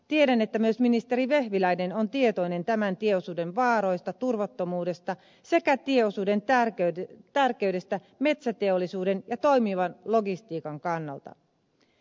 tiedän että myös ministeri vehviläinen on tietoinen tämän tieosuuden vaaroista turvattomuudesta sekä tieosuuden tärkeydestä metsäteollisuuden ja toimivan logistiikan kannalta